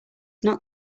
not